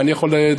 מה אני יכול לתת?